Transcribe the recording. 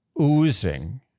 oozing